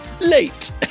Late